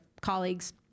colleagues